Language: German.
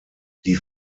die